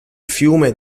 fiume